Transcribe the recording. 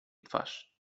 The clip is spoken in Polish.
twarz